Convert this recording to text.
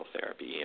therapy